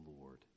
Lord